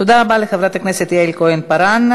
תודה רבה לחברת הכנסת יעל כהן-פארן.